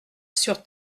sur